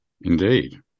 Indeed